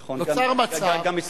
נכון, גם אצלנו.